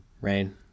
rain